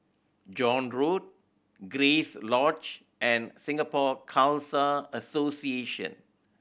John Road Grace Lodge and Singapore Khalsa Association